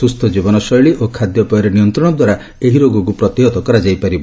ସୁସ୍ଚ ଜୀବନ ଶୈଳୀ ଓ ଖାଦ୍ୟପେୟରେ ନିୟନ୍ବଶ ଦ୍ୱାରା ଏହି ରୋଗକୁ ପ୍ରତିହତ କରାଯାଇପାରିବ